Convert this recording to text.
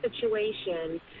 situation